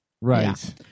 Right